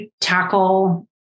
tackle